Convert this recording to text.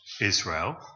Israel